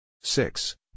six